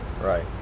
Right